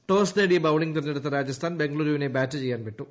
toss നേടി bowling തെരഞ്ഞെടുത്ത രാജസ്ഥാൻ ബംഗളുരുവിനെ ബാറ്റ് ചെയ്യാൻ വിട്ടു